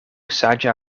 saĝa